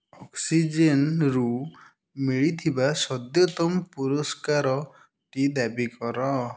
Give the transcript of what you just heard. ଅକ୍ସିଜେନ୍ରୁ ମିଳିଥିବା ସଦ୍ୟତମ ପୁରସ୍କାରଟି ଦାବି କର